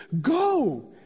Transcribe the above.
Go